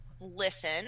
listen